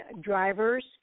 drivers